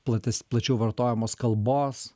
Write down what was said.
plates plačiau vartojamos kalbos